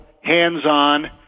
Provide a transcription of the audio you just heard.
hands-on